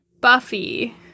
Buffy